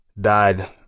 died